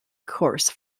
course